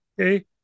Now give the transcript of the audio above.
Okay